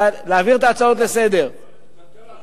להעביר את ההצעות לסדר-היום.